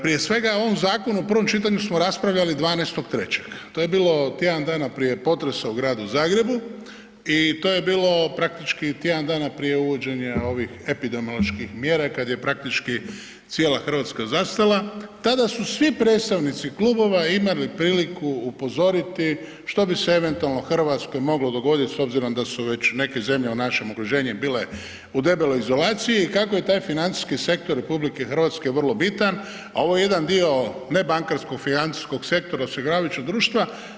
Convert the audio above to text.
Prije svega, u ovom zakonu u prvom čitanju smo raspravljali 12.3., to je bilo tjedan dana prije potresa u Gradu Zagrebu i to je bilo praktički tjedan dana prije uvođenja ovih epidemioloških mjera kad je praktički cijela RH zastala, tada su svi predstavnici klubova imali priliku upozoriti što bi se eventualno RH moglo dogodit s obzirom da su već neke zemlje u našem okruženju bile u debeloj izolaciji, kako je taj financijski sektor RH vrlo bitan, a ovo je jedan dio nebankarskog financijskog sektora osiguravajućeg društva.